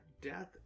death